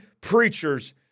preachers